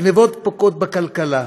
הגנבות פוגעות בכלכלה,